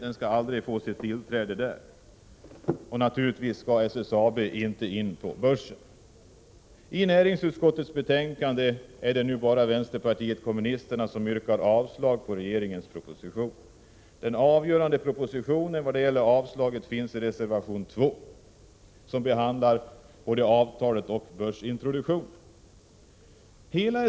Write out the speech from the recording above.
SSAB skall naturligtvis inte heller introduceras på börsen. I näringsutskottets betänkande är det endast vpk som yrkar avslag på regeringens proposition. I reservation 2 yrkar vi avslag på det för SSAB avgörande förslaget i propositionen, vilket behandlar avtalet och börsintroduktionen.